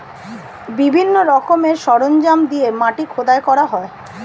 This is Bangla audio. বিভিন্ন রকমের সরঞ্জাম দিয়ে মাটি খোদাই করা হয়